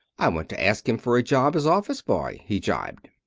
i want to ask him for a job as office boy, he jibed.